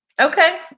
okay